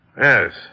Yes